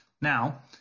now